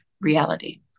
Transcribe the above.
reality